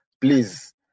please